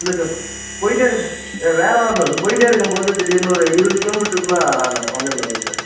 இல்லை சார் போய்ட்டே இருக்கு ஆ ரேர்ராக தான் சார் இருக்கு போய்ட்டே இருக்கும் போது திடீர்னு ஒரு இருபது கிலோமீட்டருக்குள்ள அந்த கம்ப்ளைண்ட் வருது சார்